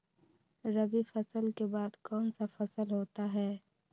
रवि फसल के बाद कौन सा फसल होता है?